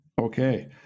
Okay